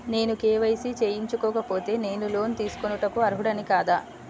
నేను కే.వై.సి చేయించుకోకపోతే నేను లోన్ తీసుకొనుటకు అర్హుడని కాదా?